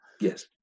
Yes